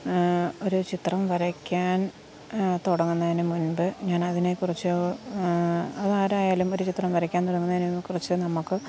ഒരു ചിത്രം വരയ്ക്കാൻ തുടങ്ങുന്നതിന് മുൻപ് ഞാൻ അതിനെ കുറിച്ച് അത് ആരായാലും ഒരു ചിത്രം വരയ്ക്കാൻ തുടങ്ങുന്നതിനെ കുറിച്ച് നമുക്ക്